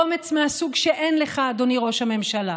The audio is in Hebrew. אומץ מהסוג שאין לך, אדוני ראש הממשלה,